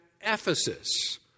Ephesus